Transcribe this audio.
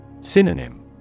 Synonym